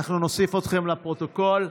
נוסיף אתכם לפרוטוקול.